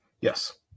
Yes